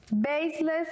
Baseless